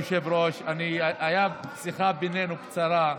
אדוני היושב-ראש, הייתה בינינו שיחה קצרה,